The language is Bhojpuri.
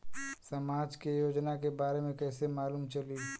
समाज के योजना के बारे में कैसे मालूम चली?